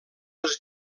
els